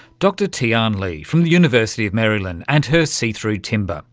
dr tian li from the university of maryland and her see-through timber.